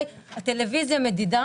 הטלוויזיה מדידה